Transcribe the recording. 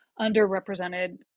underrepresented